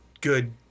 good